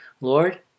Lord